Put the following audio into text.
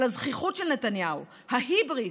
אבל הזחיחות של נתניהו, ההיבריס,